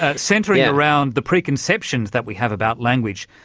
ah centring around the preconceptions that we have about language,